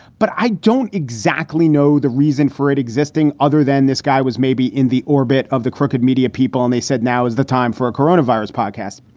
but i don't exactly know the reason for it existing other than this guy was maybe in the orbit of the crooked media people. and they said now is the time for a coronavirus podcast.